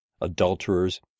adulterers